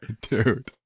dude